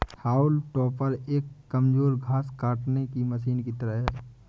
हाउल topper एक कमजोर घास काटने की मशीन की तरह है